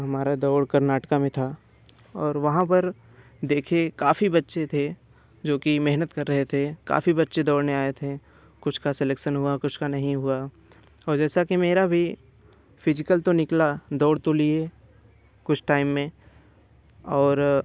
हमारा दौड़ कर्नाटक में थी और वहाँ पर देखे काफ़ी बच्चे थे जो कि मेहनत कर रहे थे काफ़ी बच्चे दौड़ने आए थे कुछ का सेलेक्सन हुआ कुछ का नहीं हुआ और जैसा कि मेरा भी फिजिकल तो निकला दौड़ तो लिए कुछ टाइम में और